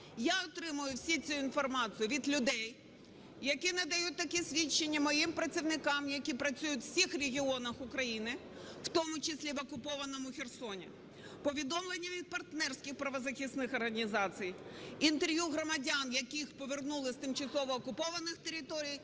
Я отримую всю цю інформацію від людей, які надають такі свідчення моїм працівникам, які працюють у всіх регіонах України, в тому числі в окупованому Херсоні, повідомлення від партнерських правозахисних організацій, інтерв'ю громадян, яких повернули з тимчасово окупованих територій